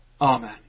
Amen